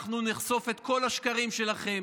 אנחנו נחשוף את כל השקרים שלכם,